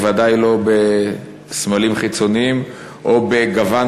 בוודאי לא בסמלים חיצוניים או בגוון